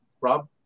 Rob